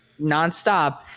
nonstop